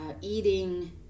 eating